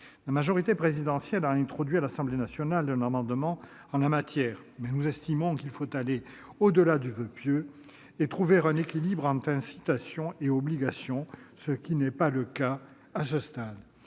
La majorité présidentielle a introduit, à l'Assemblée nationale, un amendement en la matière, mais nous estimons qu'il faut aller au-delà du voeu pieux et trouver un équilibre entre incitation et obligation ; ce n'est pas le cas, à ce stade.